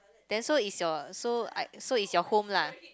then so it's your so I so it's your home lah